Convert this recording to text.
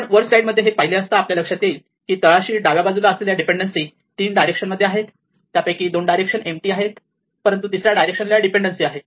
आपण वर स्लाईड मध्ये हे पाहिले असता आपल्या लक्षात येईल की तळाशी डाव्या बाजूला असलेल्या डीपेंडेन्सी तीन डायरेक्शन मध्ये आहेत त्यापैकी दोन डायरेक्शन एम्पटी आहेत परंतु तिसर्या डायरेक्शन ला डीपेंडेन्सी आहे